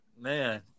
Man